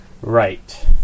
right